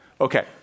Okay